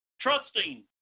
Trusting